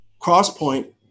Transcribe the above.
Crosspoint